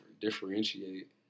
differentiate